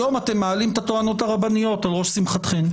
היום אתם מעלים את הטוענות הרבניות על ראש שמחתכם,